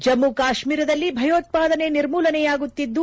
ಂ ಜಮ್ಮು ಕಾಶ್ವೀರದಲ್ಲಿ ಭಯೋತ್ಪಾದನೆ ನಿರ್ಮೂಲನೆಯಾಗುತ್ತಿದ್ದು